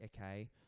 okay